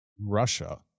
Russia